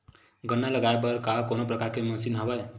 गन्ना लगाये बर का कोनो प्रकार के मशीन हवय?